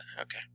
Okay